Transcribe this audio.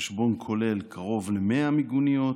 ובחשבון כולל מדובר על קרוב ל-100 מיגוניות,